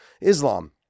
islam